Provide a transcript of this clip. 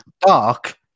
dark